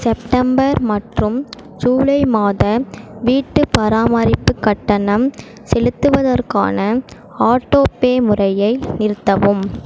September மற்றும் July மாத வீட்டுப் பராமரிப்புக் கட்டணம் செலுத்துவதற்கான ஆட்டோபே முறையை நிறுத்தவும்